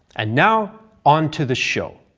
and now on to the show.